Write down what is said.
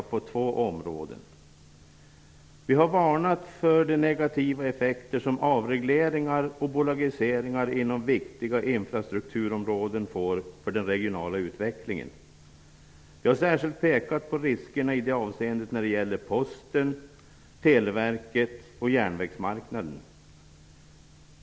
Till att börja med har vi varnat för de negativa effekter som avregleringar och bolagiseringar inom viktiga infrastrukturområden får för den regionala utvecklingen. Vi har särskilt pekat på riskerna i det avseendet när det gäller Posten, Televerket och järnvägsmarknaden.